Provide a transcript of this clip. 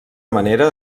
manera